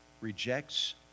rejects